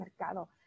mercado